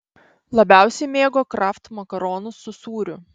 labiausiai mėgo kraft makaronus su sūriu